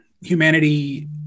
humanity